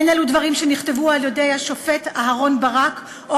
אין אלו דברים שנכתבו על-ידי השופט אהרן ברק או